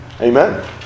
Amen